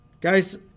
Guys